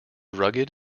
rugged